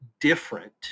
different